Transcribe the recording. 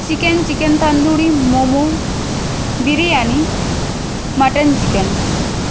chicken chicken tandoori momo biryani mutton chicken